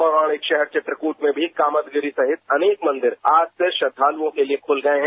पौराणिक शहर चित्रकूट में भी कामदगिरि सहित अनेक मंदिर आज से श्रद्धालुओं के लिए खुल गए हैं